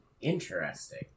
Interesting